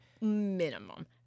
Minimum